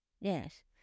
Yes